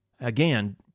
Again